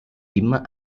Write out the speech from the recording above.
immer